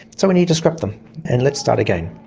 so we need to scrap them and let's start again.